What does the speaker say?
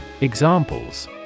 Examples